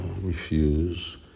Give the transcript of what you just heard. refuse